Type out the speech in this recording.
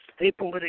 apolitical